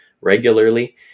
regularly